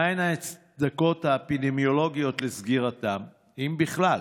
2. מהן ההצדקות האפידמיולוגיות לסגירתם, אם בכלל?